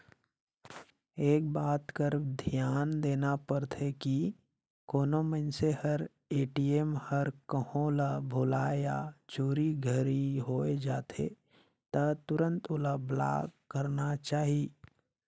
एक बात कर धियान देना परथे की कोनो मइनसे हर ए.टी.एम हर कहों ल भूलाए या चोरी घरी होए जाथे त तुरते ओला ब्लॉक कराना चाही